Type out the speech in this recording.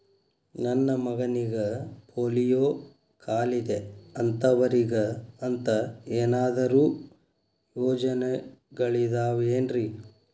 ನನ್ನ ಮಗನಿಗ ಪೋಲಿಯೋ ಕಾಲಿದೆ ಅಂತವರಿಗ ಅಂತ ಏನಾದರೂ ಯೋಜನೆಗಳಿದಾವೇನ್ರಿ?